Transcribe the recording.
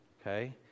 okay